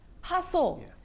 hustle